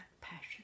passion